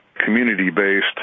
community-based